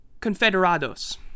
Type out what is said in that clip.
Confederados